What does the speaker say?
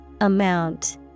Amount